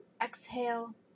exhale